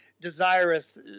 desirous